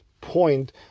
point